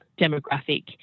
demographic